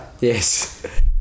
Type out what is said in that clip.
Yes